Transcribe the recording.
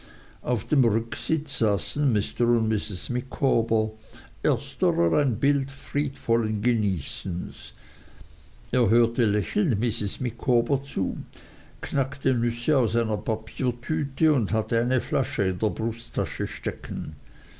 auf dem rücksitz saßen mr und mrs micawber ersterer ein bild friedvollen genießens er hörte lächelnd mrs micawber zu knackte nüsse aus einer papierdüte und hatte eine flasche in der brusttasche stecken